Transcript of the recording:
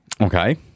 Okay